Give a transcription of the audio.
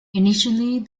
initially